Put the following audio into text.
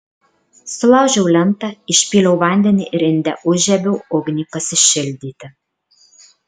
sulaužiau lentą išpyliau vandenį ir inde užžiebiau ugnį pasišildyti